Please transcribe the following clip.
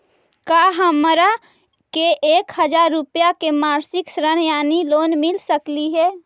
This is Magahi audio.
का हमरा के एक हजार रुपया के मासिक ऋण यानी लोन मिल सकली हे?